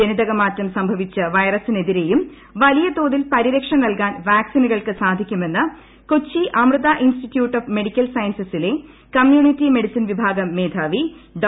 ജനിതക മാറ്റം സംഭവിച്ച വൈറസിനെതിരെയും വലിയ തോതിൽ പരിരക്ഷ നൽകാൻ വാക്സിനുകൾക്ക് സാധിക്കുമെന്ന് Kochi Amrita institute of medical സയൻസസിലെ കമ്മ്യൂണിറ്റി മെഡിസിൻ വിഭാഗം മേധാവി ഡോ